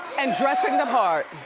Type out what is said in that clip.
and dressing the part.